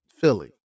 Philly